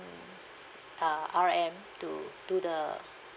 uh R_M to do the